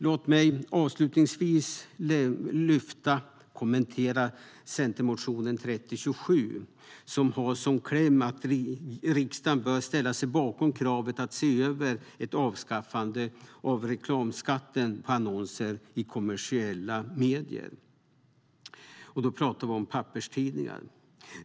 Låt mig avslutningsvis kommentera centermotionen 3027 om att riksdagen bör ställa sig bakom kravet att se över ett avskaffande av reklamskatten på annonser i kommersiella medier, och då pratar vi om papperstidningar.